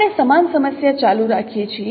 આપણે સમાન સમસ્યા ચાલુ રાખીએ છીએ